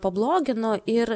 pablogino ir